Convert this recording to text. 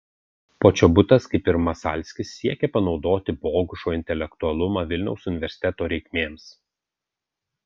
počobutas kaip ir masalskis siekė panaudoti bogušo intelektualumą vilniaus universiteto reikmėms